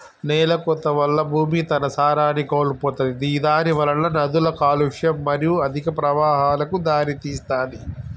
నేలకోత వల్ల భూమి తన సారాన్ని కోల్పోతది గిదానివలన నదుల కాలుష్యం మరియు అధిక ప్రవాహాలకు దారితీస్తది